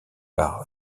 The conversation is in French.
par